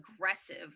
aggressive